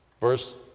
verse